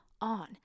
on